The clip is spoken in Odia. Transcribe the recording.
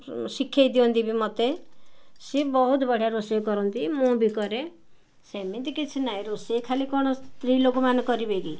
ଶିଖେଇ ଦିଅନ୍ତି ବି ମୋତେ ସିଏ ବହୁତ ବଢ଼ିଆ ରୋଷେଇ କରନ୍ତି ମୁଁ ବି କରେ ସେମିତି କିଛି ନାଇଁ ରୋଷେଇ ଖାଲି କ'ଣ ସ୍ତ୍ରୀ ଲୋକମାନେ କରିବେ କି